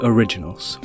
Originals